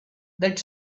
that